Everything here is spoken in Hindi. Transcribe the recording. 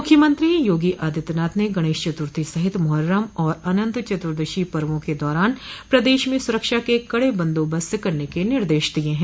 मुख्यमंत्री योगी आदित्यनाथ ने गणेश चतुर्थी सहित मोहर्रम और अनन्त चतुदशी पर्वो के दौरान प्रदेश में सुरक्षा के कड़े बदोबस्त करने के निर्देश दिये हैं